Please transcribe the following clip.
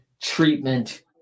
treatment